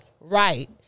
Right